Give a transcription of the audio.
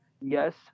Yes